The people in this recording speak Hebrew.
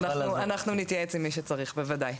אנחנו נתייעץ עם מי שצריך בוודאי,